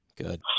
Good